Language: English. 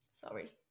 Sorry